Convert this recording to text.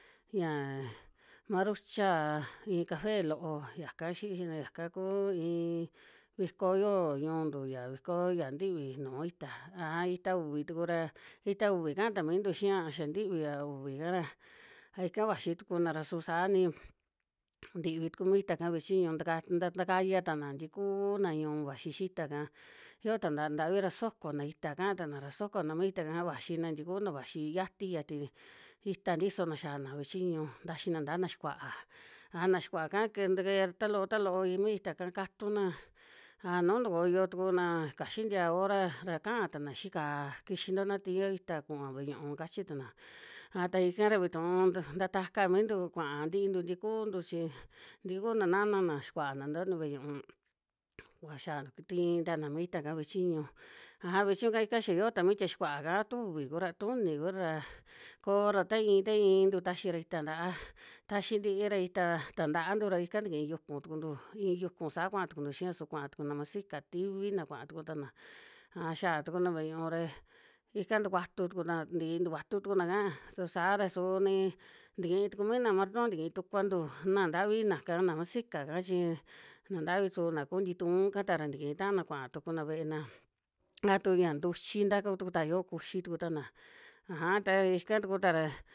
Yiaa marucha iin café loo ya xii yaka ku iin viko yoo ñu'untu, ya viko ya ntivi nuu ita, aja ita uvi tuku ra, ita uvi ka'a ta mintu xiaa xa ntivia uvi'ka ra, a ika vaxi tukuna ra su saa ni ntivi tuku mi ita'ka ve'e chiñu taka ntakaya tana ntikuu na ñu'un vaxi xii ita'ka yo tana ntavi ra sokona ita kaa tana ra, sokona mi ita'ka vaxina ntikuna vaxi yati, ya ti ita tisona xiana ve'e chiñu taxina ntaa na xikua'a, aja na xikuaka ke ta kee ta loo, ta loo ita mi ita'ka katuna, aja nu tukoyo tukuna kaxin tia hora ra, kaa tana xii ka'á, kiyinto na tiiyo ita kuva ve'e ñu'ú kachi tuna, a ta ika ra vituu tu ta taka mintu kuaa ntintu tikuntu chi, tukuna nana na xikua na ntoni ve'e ñu'ú kua xia tii tana mi ita'ka ve'e chiñu, aja ve'e chiñu ika xia yoo ta mi tie xikuaka a tu uvi kura, tu uni kura ra koora ta iin, ta iintu taxira ita ntaa, taxi ntiira ita ta ntaantu ra ika tiki yuku tukuntu, iin yuku saa kuaa tukuntu xia su kuaa tukuna masica tivina, kuaa tuku tana, aja xiaa tukuna ve'e ñu'u ra ika tukuatu tukuna, ntii tukuatu tukuna'ka su saa ra, su nii tikii tuku mina marton tikii tukuantu na ntavi naka na musica'ka chi, na ntavi suu na kuu ntitun'ka ta ra tikii taana kuaa tukuna ve'ena, a tu ya ntuchi ta ku tuku ta yo kuxi tuku tana. Aja ta ika tuku ta ra.